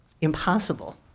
impossible